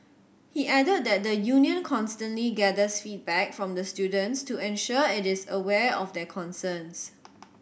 he added that the union constantly gathers feedback from the students to ensure it is aware of their concerns